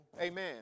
Amen